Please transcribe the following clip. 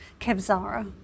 Kevzara